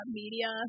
media